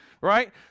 right